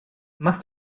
machst